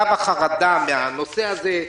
קו החרדה מהנושא הזה,